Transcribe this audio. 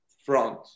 front